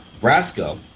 Brasco